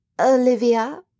Olivia